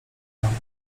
planet